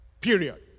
Period